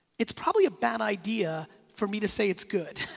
it's probably a bad idea for me to say it's good.